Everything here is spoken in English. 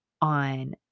On